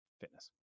fitness